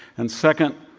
and second,